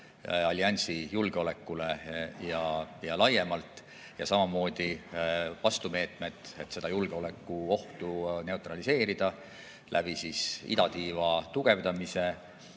alliansi julgeolekule ja laiemalt, samamoodi vastumeetmed, et julgeolekuohtu neutraliseerida idatiiva tugevdamisega,